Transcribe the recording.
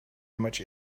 much